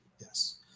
yes